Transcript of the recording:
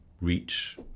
reach